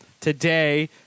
today